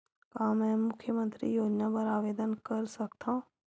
का मैं मुख्यमंतरी योजना बर आवेदन कर सकथव?